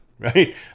right